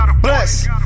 Bless